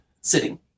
sitting